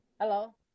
hello